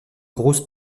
grosse